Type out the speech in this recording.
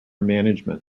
management